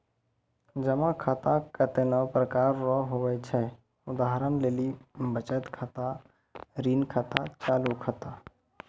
जमा खाता कतैने प्रकार रो हुवै छै उदाहरण लेली बचत खाता ऋण खाता चालू खाता